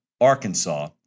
Arkansas